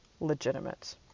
legitimate